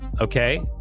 okay